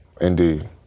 Indeed